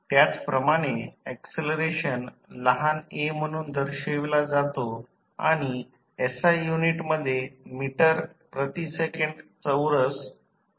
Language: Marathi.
त्याचप्रमाणे ऍक्सलरेशन लहान a म्हणून दर्शविला जातो आणि SI युनिट मध्ये मीटर प्रति सेकंद चौरस ms2 आहे